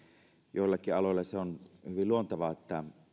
joillekin aloille se on hyvin luontevaa että